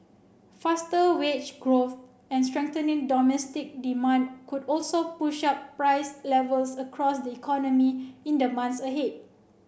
faster wage growth and strengthening domestic demand could also push up price levels across the economy in the months ahead